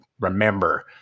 remember